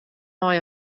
mei